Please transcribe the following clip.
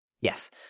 Yes